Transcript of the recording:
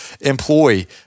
employee